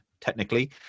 technically